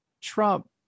Trump